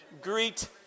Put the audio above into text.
Greet